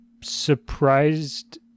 surprised